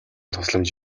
тусламж